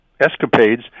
Escapades